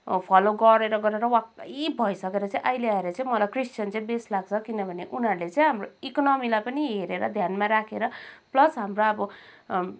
follow गरेर गरेर वाक्कै भइसकेर चाहिँ अहिले आएर चाहिँ मलाई क्रिस्चियन चाहिँ बेस्ट लाग्छ किनभने उनीहरूले चाहिँ हाम्रो इकोनोमीलाई पनि हेरेर ध्यानमा राखेर प्लस हाम्रो अब